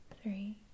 three